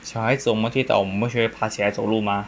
小孩子我们跌倒我们学会爬起来走路吗